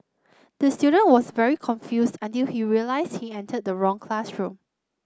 the student was very confused until he realised he entered the wrong classroom